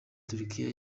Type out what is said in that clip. turkia